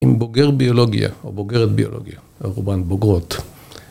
אם בוגר ביולוגיה או בוגרת ביולוגיה, רובן בוגרות